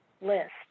list